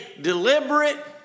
deliberate